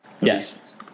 Yes